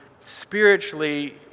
spiritually